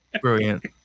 Brilliant